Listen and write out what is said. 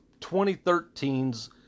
2013's